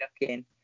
looking